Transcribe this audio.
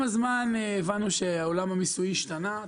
עם הזמן, הבנו שעולם המיסוי השתנה.